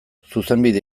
zuzenbide